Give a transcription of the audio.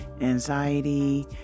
anxiety